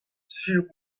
sur